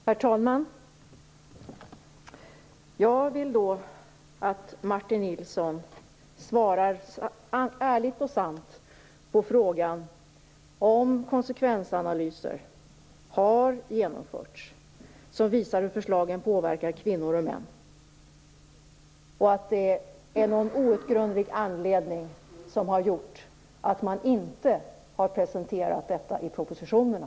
Herr talman! Jag vill att Martin Nilsson ärligt och sant svarar på frågan om konsekvensanalyser har genomförts som visar hur förslagen påverkar kvinnor och män. Av någon outgrundlig anledning har man inte presenterat detta i propositionerna.